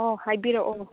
ꯑꯣ ꯍꯥꯏꯕꯤꯔꯛꯑꯣ